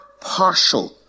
partial